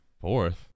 fourth